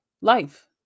Life